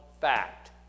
fact